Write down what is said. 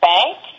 Bank